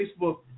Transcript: Facebook